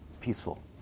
peaceful